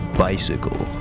bicycle